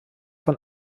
von